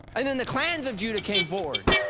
and then the clans of judah came forward.